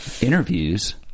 Interviews